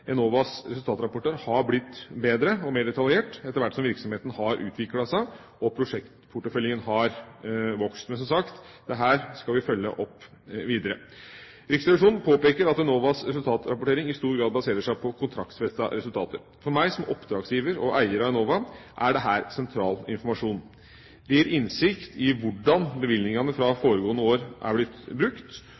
Enovas resultatrapporter har blitt bedre og mer detaljert etter hvert som virksomheten har utviklet seg og prosjektporteføljen har vokst. Men som sagt: Dette skal vi følge opp videre. Riksrevisjonen påpeker at Enovas resultatrapportering i stor grad baserer seg på kontraktsfestede resultater. For meg som oppdragsgiver og eier av Enova er dette sentral informasjon. Det gir innsikt i hvordan bevilgningene fra foregående år er blitt brukt,